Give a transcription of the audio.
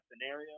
scenario